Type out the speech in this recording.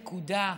נקודה.